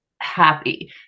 happy